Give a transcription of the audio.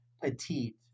petite